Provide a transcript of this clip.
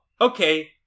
okay